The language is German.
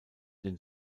den